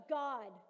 god